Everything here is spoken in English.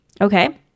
Okay